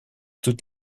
toutes